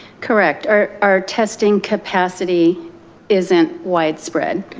correct, our our testing capacity isn't widespread.